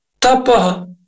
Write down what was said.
Tapa